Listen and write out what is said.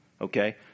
Okay